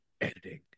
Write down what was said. Editing